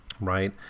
right